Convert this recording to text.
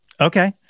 Okay